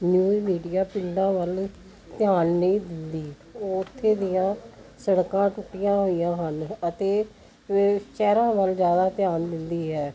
news media ਪਿੰਡਾਂ ਵੱਲ ਧਿਆਨ ਨਹੀਂ ਦਿੰਦੀ ਉੱਥੇ ਦੀਆਂ ਸੜਕਾਂ ਟੁੱਟੀਆਂ ਹੋਈਆਂ ਹਨ ਅਤੇ ਵ ਸ਼ਹਿਰਾਂ ਵੱਲ ਜ਼ਿਆਦਾ ਧਿਆਨ ਦਿੰਦੀ ਹੈ